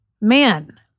man